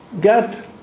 get